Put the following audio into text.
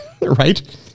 right